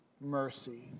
mercy